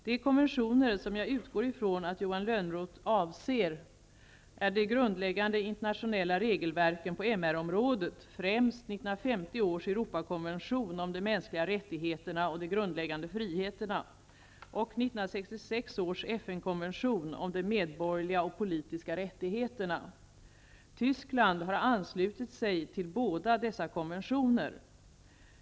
De konventioner som jag utgår ifrån att Johan Lönnroth avser är de grundläggande internationella regelverken på MR-området, främst 1950 års Europakonvention om de mänskliga rättigheterna och de grundläggande friheterna och 1966 års FN-konvention om de medborgerliga och politiska rättigheterna. Tyskland har anslutit sig till båda dessa konventioner.